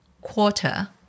quarter